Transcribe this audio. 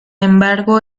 embargo